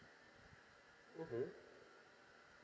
mmhmm